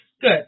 Good